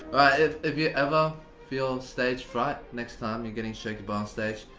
if if you ever feel stage fright, next time you're getting shaky bow on stage.